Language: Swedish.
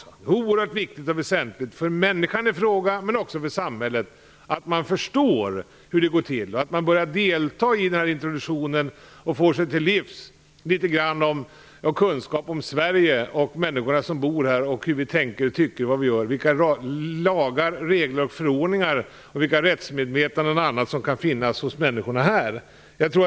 Det är oerhört viktigt och väsentligt, både för människan ifråga och för samhället, att man förstår hur det går till och att man börjar delta i introduktionen och får sig till livs kunskaper om Sverige, om de människor som bor här, vad de tänker och tycker, vilka lagar, regler, förordningar och vilket rättsmedvetande som kan finnas hos människorna här.